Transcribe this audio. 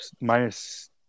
minus